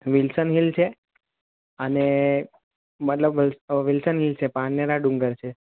Wilson Hill છે અને મતલબ વિલ્સન હિલ છે પારનેરા ડુંગર છે